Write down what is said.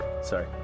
sorry